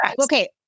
Okay